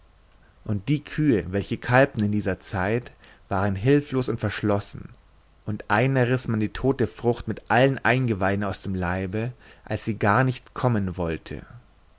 und die kühe welche kalbten in dieser zeit waren hülflos und verschlossen und einer riß man die tote frucht mit allen eingeweiden aus dem leibe als sie gar nicht kommen wollte